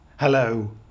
Hello